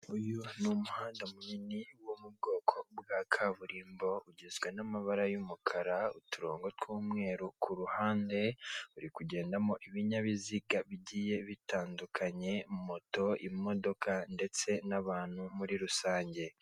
Uyu ni umuhanda munini wo mu bwoko bwa kaburimbo, ugizwe n'amabara y'umukara, uturongo tw'umweru ku ruhande, uri kugendamo ibinyabiziga bigiye bitandukanye, moto, imodoka, ndetse n'abantu muri rusange.